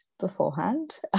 beforehand